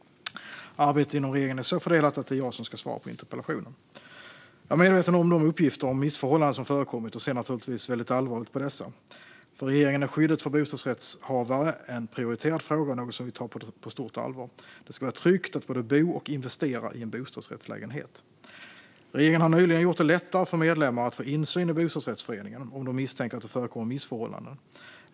Arbetet inom regeringen är så fördelat att det är jag som ska svara på interpellationen. Jag är medveten om de uppgifter om missförhållanden som har förekommit och ser naturligtvis väldigt allvarligt på dessa. För regeringen är skyddet för bostadsrättshavare en prioriterad fråga och något som vi tar på stort allvar. Det ska vara tryggt att både bo och investera i en bostadsrättslägenhet. Regeringen har nyligen gjort det lättare för medlemmar att få insyn i bostadsrättsföreningen om de misstänker att det förekommer missförhållanden.